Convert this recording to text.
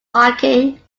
hiking